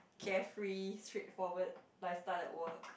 carefree straightforward lifestyle at work